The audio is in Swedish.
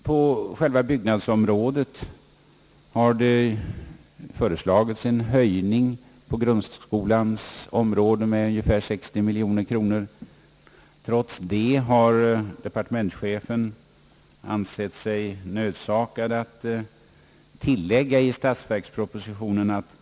På själva byggnadsområdet har i fråga om grundskolan föreslagits en höjning med ungefär 60 miljoner kronor. Trots detta har departementschefen ansett sig nödsakad att i statsverkspropositionen = tillägga, att »Kungl.